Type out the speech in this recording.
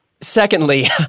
Secondly